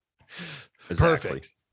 Perfect